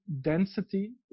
density